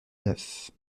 neuf